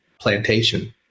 plantation